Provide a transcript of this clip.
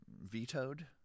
vetoed